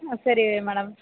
ஆ சரி மேடம்